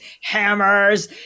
hammers